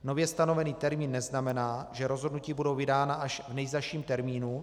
Nově stanovený termín neznamená, že rozhodnutí budou vydána až v nejzazším termínu.